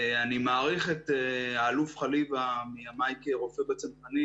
אני מעריך את האלוף חליוה מימיי כרופא בצנחנים.